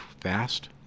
fast